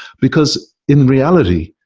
because in reality,